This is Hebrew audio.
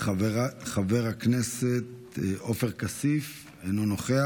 חבר הכנסת עופר כסיף, אינו נוכח.